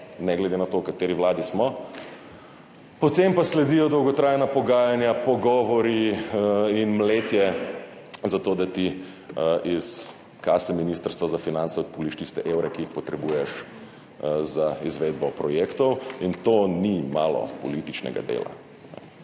ne glede na to, v kateri vladi smo. Potem pa sledijo dolgotrajna pogajanja, pogovori in mletje, zato da ti iz kase Ministrstva za finance odpuliš tiste evre, ki jih potrebuješ za izvedbo projektov, in to ni malo političnega dela.